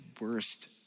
worst